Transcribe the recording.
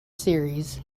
series